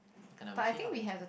kay lah we will see how things go